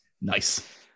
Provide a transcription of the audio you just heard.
Nice